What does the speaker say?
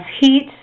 heat